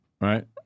Right